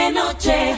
noche